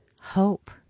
hope